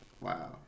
Wow